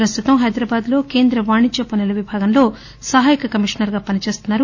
ప్రస్తుతం హైదరాబాద్ లో కేంద్ర వాణిజ్య పన్సుల విభాగంలో సహాయ కమిషనర్ గా పని చేస్తున్నారు